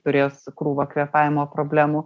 turės krūvą kvėpavimo problemų